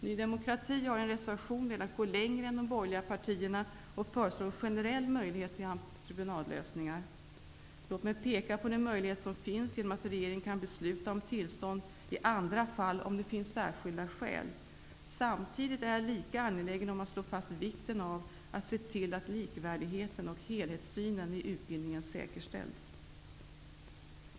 Ny demokrati har i en reservation velat gå längre än de borgerliga partierna och föreslår en generell möjlighet till entreprenadlösningar. Låt mig peka på den möjlighet som finns genom att regeringen kan besluta om tillstånd i andra fall, om det finns särskilda skäl. Samtidigt är jag lika angelägen om att slå fast vikten av att se till att likvärdigheten och helhetssynen i utbildningen säkerställs.